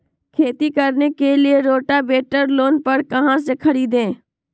खेती करने के लिए रोटावेटर लोन पर कहाँ से खरीदे?